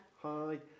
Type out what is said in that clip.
hi